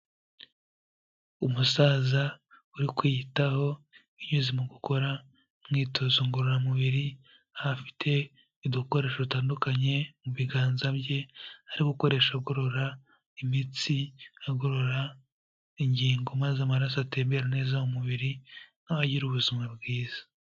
Umusaza uri kwiyitaho binyuze mu gukora imyitozo ngororamubiri, aho afite udukoresho dutandukanye mu biganza bye ari gukoresha agororora imitsi, agorora ingingo, maze amaraso atembera neza mu mubiri, na we agire ubuzima bwiza.